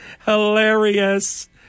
Hilarious